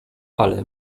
ale